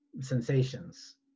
sensations